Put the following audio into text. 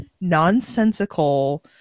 nonsensical